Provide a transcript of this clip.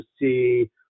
see